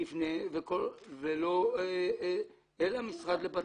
כנראה, אלא המשרד לבט"פ.